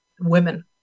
women